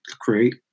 create